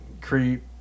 creep